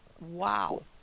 Wow